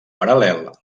paral·lel